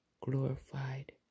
glorified